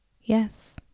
yes